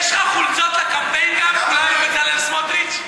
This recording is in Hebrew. יש לך גם חולצות לקמפיין "כולנו בצלאל סמוטריץ"?